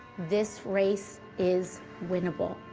this race is winnable.